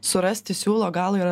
surasti siūlo galą yra